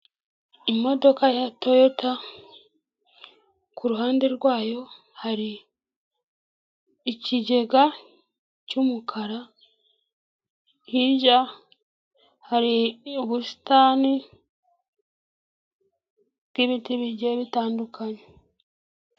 Imodoka ya Toyota kuruhande rwayo hari ikigega cy'umukara hirya hari ubusitani bw'ibiti bigiye bitandukanye.